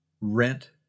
rent